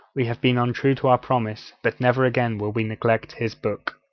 we have been untrue to our promises but never again will we neglect his book,